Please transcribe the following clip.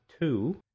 two